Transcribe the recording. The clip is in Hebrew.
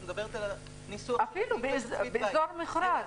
את מדברת על --- אפילו באזור מוכרז.